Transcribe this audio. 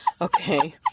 okay